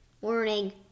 Warning